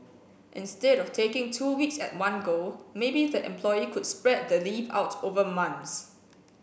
instead of taking two weeks at one go maybe the employee could spread the leave out over months